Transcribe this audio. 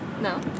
No